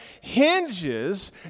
hinges